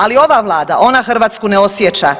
Ali ova Vlada, ona Hrvatsku ne osjeća.